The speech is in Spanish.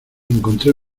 encontré